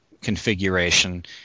configuration